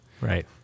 Right